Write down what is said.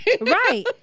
Right